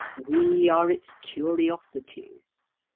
we are its curiosities.